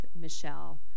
Michelle